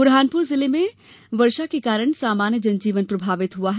बुरहानपुर जिले में बारिश के कारण सामान्य जनजीवन प्रभावित हुआ है